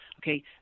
Okay